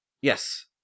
Yes